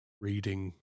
reading